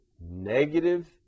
negative